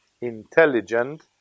intelligent